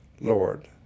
Lord